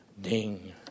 ding